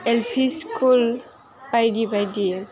L P school बायदि बायदि